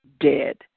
dead